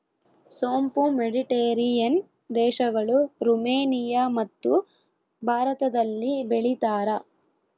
ಸೋಂಪು ಮೆಡಿಟೇರಿಯನ್ ದೇಶಗಳು, ರುಮೇನಿಯಮತ್ತು ಭಾರತದಲ್ಲಿ ಬೆಳೀತಾರ